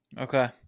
Okay